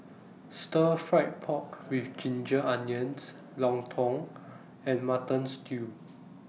Stir Fried Pork with Ginger Onions Lontong and Mutton Stew